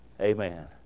amen